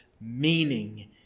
meaning